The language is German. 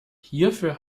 hierfür